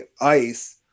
ice